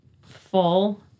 full